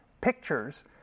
pictures